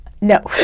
No